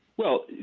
well,